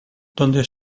donde